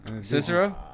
Cicero